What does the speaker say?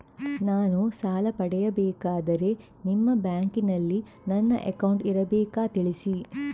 ನಾನು ಸಾಲ ಪಡೆಯಬೇಕಾದರೆ ನಿಮ್ಮ ಬ್ಯಾಂಕಿನಲ್ಲಿ ನನ್ನ ಅಕೌಂಟ್ ಇರಬೇಕಾ ತಿಳಿಸಿ?